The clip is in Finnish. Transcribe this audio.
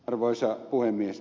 arvoisa puhemies